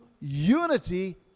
unity